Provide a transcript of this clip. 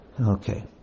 okay